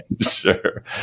sure